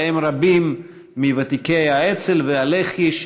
ובהם רבים מוותיקי האצ"ל והלח"י,